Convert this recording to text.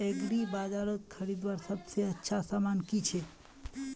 एग्रीबाजारोत खरीदवार सबसे अच्छा सामान की छे?